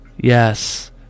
Yes